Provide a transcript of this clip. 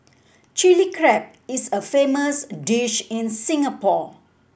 Chilli Crab is a famous dish in Singapore